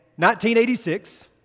1986